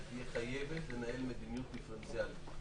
חייבת לנהל מדיניות דיפרנציאלית.